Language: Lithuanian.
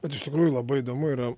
bet iš tikrųjų labai įdomu yra